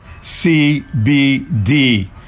CBD